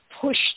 push